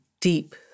deep